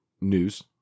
news